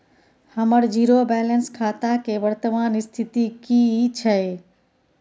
हमर zero balance खाता के वर्तमान स्थिति की छै?